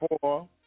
four